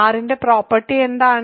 R ന്റെ property എന്താണ്